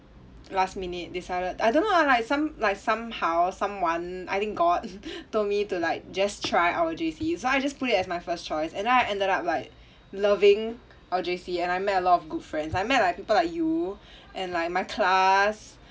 last minute decided I don't know lah like some like somehow someone I think god told me to like just try our J_C so I just put it as my first choice and then I ended up like loving our J_C and I met a lot of good friends I met like people like you and like my class